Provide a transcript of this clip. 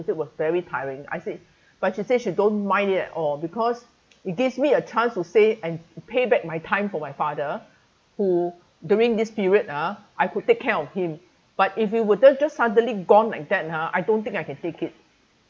she said it was very tiring I said but she said she don't mind it at all because it gives me a chance to say and to pay back my time for my father who during this period ah I could take care of him but if you would then then just suddenly gone like that ha I don't think I can take it